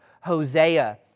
Hosea